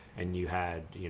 and you had, you